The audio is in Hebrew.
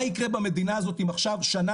מה יקר ה במדינה הזאת אם עכשיו שנה